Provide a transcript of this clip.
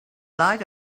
light